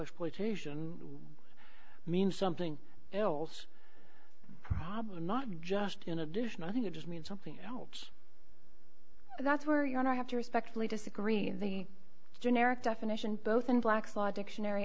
exploitation means something else problem not just in addition i think it just means something else and that's where you and i have to respectfully disagree the generic definition both in black's law dictionary